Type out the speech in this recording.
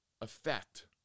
effect